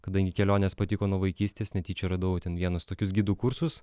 kadangi kelionės patiko nuo vaikystės netyčia radau ten vienus tokius gidų kursus